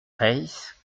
reiss